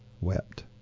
wept